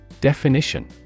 Definition